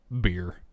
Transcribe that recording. beer